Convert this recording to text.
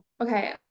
Okay